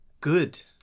good